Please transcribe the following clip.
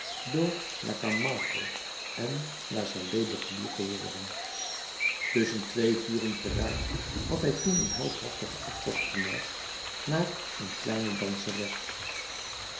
door la camargo en la sallé begluurd te worden tusschen twee vuren geraakt had hij toen een heldhaftigen aftocht gemaakt naar een kleine danseres